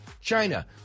China